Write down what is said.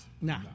No